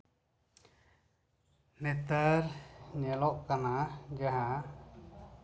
ᱱᱮᱛᱟᱨ ᱧᱮᱞᱚᱜ ᱠᱟᱱᱟ ᱡᱟᱦᱟᱸ